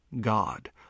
God